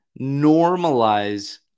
normalize